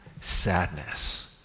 sadness